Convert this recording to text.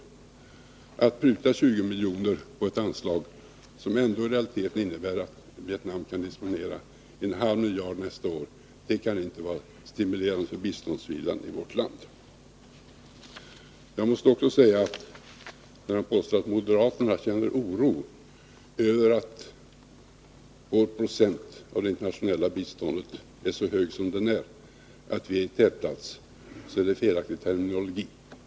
Att pruta 20 miljoner på ett anslag, som ändå i realiteten betyder att Vietnam kan disponera en halv miljard nästa år, kan inte vara stimulerande för biståndsviljan i vårt land. Utrikesministern påstod att moderaterna känner oro över att vår procentandel av det internationella biståndet är så stor som den är och att vi intar en tätplats. Det är en felaktig terminologi.